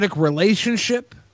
relationship